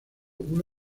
una